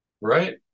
Right